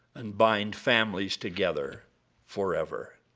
and bind families together forever.